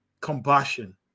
compassion